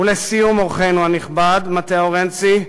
ולסיום, אורחנו הנכבד מתאו רנצי,